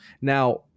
Now